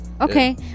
Okay